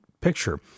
picture